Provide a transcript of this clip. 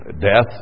death